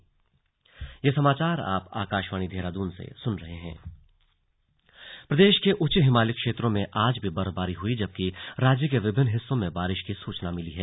slug बारिश और बर्फबारी प्रदेश के उच्च हिमालयी क्षेत्रों में आज भी बर्फबारी हुई जबकि राज्य के विभिन्न हिस्सों में बारिश की सूचना मिली है